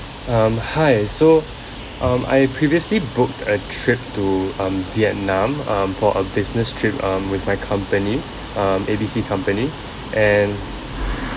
um hi so um I previously booked a trip to um vietnam um for a business trip um with my company um A B C company and